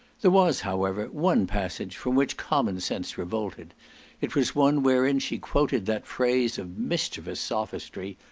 there was, however, one passage from which common-sense revolted it was one wherein she quoted that phrase of mischievous sophistry,